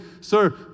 sir